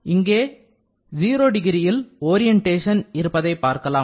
இங்கே 0 டிகிரியில் ஒரியண்டேஷன் இருப்பதை பார்க்கலாம்